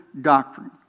doctrine